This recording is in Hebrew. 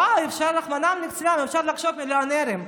וואי, רחמנא ליצלן, אפשר לחשוב שהם מיליונרים,